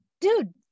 dude